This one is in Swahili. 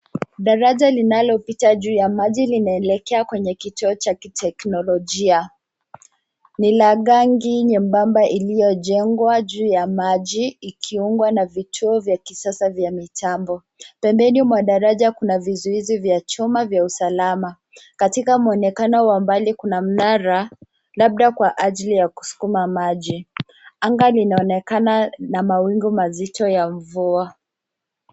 Daraja linalopita juu ya maji linaelekea kwenye kituo cha kiteknolojia. Ni lango nyembamba lililojengwa juu ya maji na likiungwa na nguzo za mitambo. Kando mwa daraja kuna vizuizi vya chuma vya usalama. Kwa mwonekano wa mbali kuna mnara, huenda kwa ajili ya kukusanya au kupima maji. Angani yanaonekana mawingu mazito ya mvua